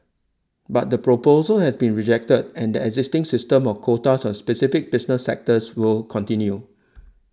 but the proposal has been rejected and the existing system of quotas on specific business sectors will continue